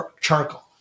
charcoal